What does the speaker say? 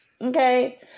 okay